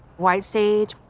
white sage,